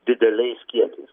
dideliais kiekiais